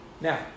Now